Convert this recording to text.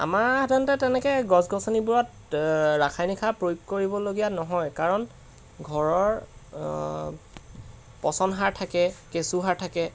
আমাৰ সাধাৰণতে তেনেকৈ গছ গছনিবোৰত তে ৰাসায়নিক সাৰ প্ৰয়োগ কৰিবলগীয়া নহয় কাৰণ ঘৰৰ পচন সাৰ থাকে কেঁচুসাৰ থাকে